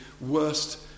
worst